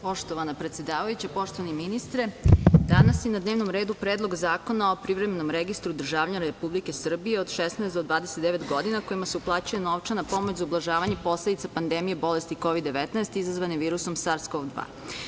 Poštovana predsedavajuća, poštovani ministre, danas je na dnevnom redu Predlog zakona o privremenom registru državljana Republike Srbije od 16 do 29 godina, kojima se uplaćuje novčana pomoć za ublažavanje posledica pandemije bolesti Kovid 19 izazvane virusom SARS-KOV2.